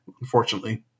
unfortunately